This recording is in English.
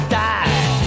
die